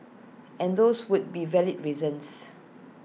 and those would be valid reasons